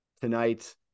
tonight